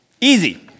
Easy